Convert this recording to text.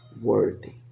worthy